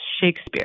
Shakespeare